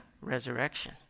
resurrection